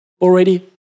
already